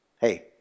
hey